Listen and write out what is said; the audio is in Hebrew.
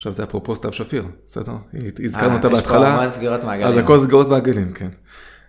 עכשיו זה אפרופו סתיו שפיר, בסדר? הנה, הזכרנו אותה בהתחלה, אז הכל סגירות מעגלים, כן.